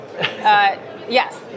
Yes